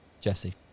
Jesse